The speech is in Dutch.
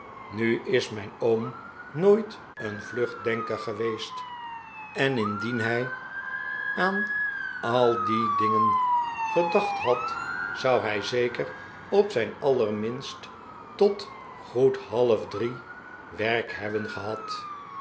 nu is mijn oom nooit een vlug denker geweest en indien hij aan ai die dingen gedaeht had zou hij zeker op zijn allerminst tot goed half drie werk hebben gehad